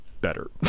better